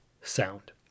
sound